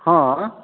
हँ